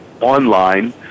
Online